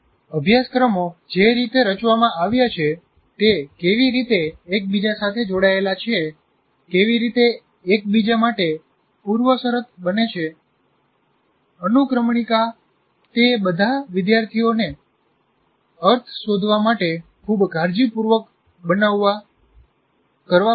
અભ્યાસક્રમો જે રીતે રચવામાં આવ્યા છે તે કેવી રીતે એકબીજા સાથે જોડાયેલા છે કેવી રીતે એક બીજા માટે પૂર્વશરત બને છે અનુક્રમણિકા તે બધા વિદ્યાર્થીઓને અર્થ શોધવા માટે ખૂબ કાળજીપૂર્વક બનવવા કરવા પડશે